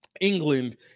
England